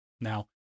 Now